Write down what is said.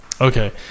okay